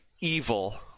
evil